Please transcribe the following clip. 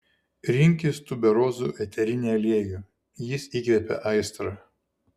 rinkis tuberozų eterinį aliejų jis įkvepia aistrą